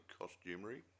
costumery